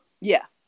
Yes